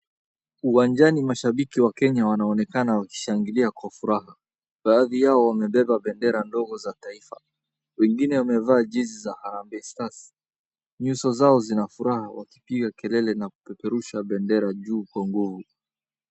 Uwanjani mashabiki wa Kenya wanaonekana wakishangilia kwa furaha. baadhi yao wamebeba bendera ndogo za taifa. Wengine wamevaa jesi za [Harambee Stars]. Nyuso zao zina furaha kwa kupiga kelele na kupeperusha bendera juu kwa nguvu.